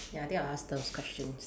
ya I think I will ask those questions